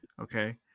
okay